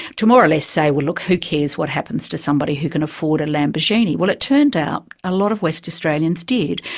to more or less say, well look, who cares what happens to somebody who can afford a lamborghini. well it turned out a lot of west australians did,